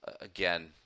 again